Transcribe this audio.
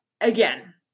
Again